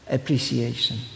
Appreciation